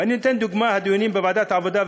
ואתן דוגמה את הדיונים בוועדת העבודה,